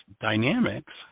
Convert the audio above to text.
dynamics